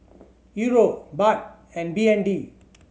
Euro Baht and B N D